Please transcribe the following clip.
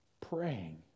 praying